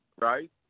right